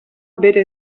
bere